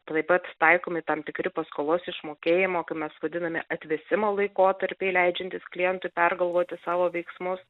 taip pat taikomi tam tikri paskolos išmokėjimo kaip mes vadiname atvėsimo laikotarpiai leidžiantys klientui pergalvoti savo veiksmus